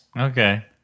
Okay